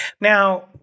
Now